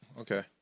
Okay